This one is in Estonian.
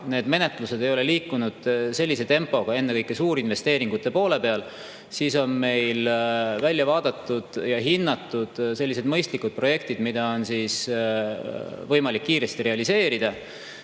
need menetlused ei ole liikunud vajaliku tempoga, ennekõike suurinvesteeringute poole pealt, siis on meil välja vaadatud ja hinnatud mõistlikud projektid, mida on võimalik kiiresti realiseerida.